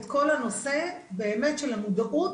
כל הנושא של המודעות,